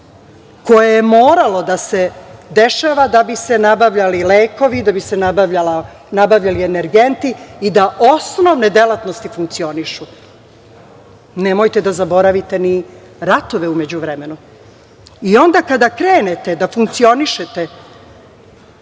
koje je moralo da se dešava da bi se nabavljali lekovi, da bi se nabavljali energenti i da osnovne delatnosti funkcionišu. Nemojte da zaboravite ni ratove u međuvremenu. Onda kada krenete da funkcionišete